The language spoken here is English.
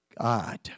God